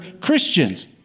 Christians